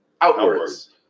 outwards